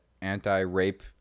anti-rape